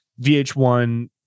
VH1